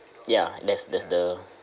ya that's that's the